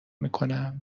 میکنم